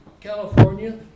California